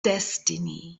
destiny